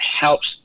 helps